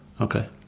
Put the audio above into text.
Okay